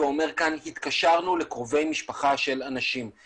שגם בעניין הזה נקבל שיתוף פעולה ממשרדים אחרים כמו שאמרתי,